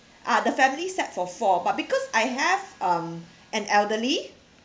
ah the family set for four but because I have um an elderly